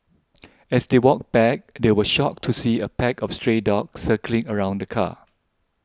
as they walked back they were shocked to see a pack of stray dogs circling around the car